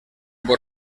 por